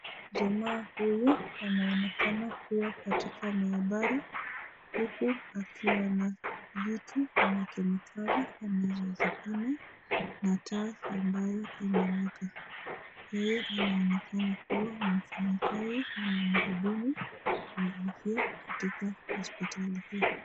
Jamaa huyu anaonekana akiwa katika maandamano huku akiwa na vitu kama kemikali akiwa amezipima ma taf ambayo inamwaga, yeye anaonekana kuwa mfanyikazi mhudumu wa afya katika hospitali hii.